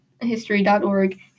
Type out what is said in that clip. history.org